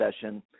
session